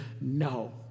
no